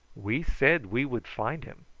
we said we would find him.